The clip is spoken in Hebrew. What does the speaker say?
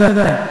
ודאי.